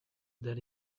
that